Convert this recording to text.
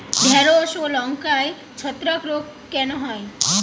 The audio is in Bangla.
ঢ্যেড়স ও লঙ্কায় ছত্রাক রোগ কেন হয়?